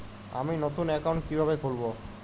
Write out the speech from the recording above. আমি নতুন অ্যাকাউন্ট কিভাবে খুলব?